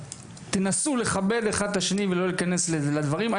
תנסו לכבד אחד את השני ולא להיכנס לדברים.